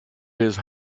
his